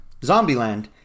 Zombieland